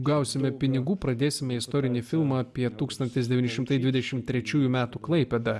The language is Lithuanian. gausime pinigų pradėsime istorinį filmą apie tūkstantis devyni šimtai dvidešimt trečiųjų m klaipėdą